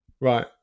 Right